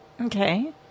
Okay